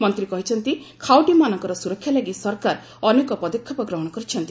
ମନ୍ତ୍ରୀ କହିଛନ୍ତି ଖାଉଟିମାନଙ୍କର ସ୍ତରକ୍ଷା ଲାଗି ସରକାର ଅନେକ ପଦକ୍ଷେପ ଗ୍ରହଣ କରିଛନ୍ତି